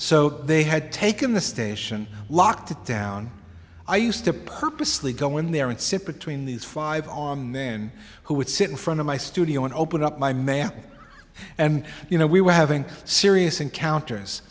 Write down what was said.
so they had taken the station locked down i used to purposely go in there and sit between these five on then who would sit in front of my studio and open up my man and you know we were having serious encounters